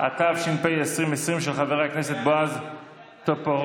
התש"ף 2020, של חבר הכנסת בועז טופורובסקי,